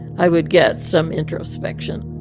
i would get some introspection